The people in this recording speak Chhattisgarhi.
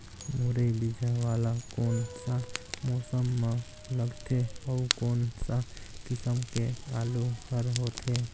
मुरई बीजा वाला कोन सा मौसम म लगथे अउ कोन सा किसम के आलू हर होथे?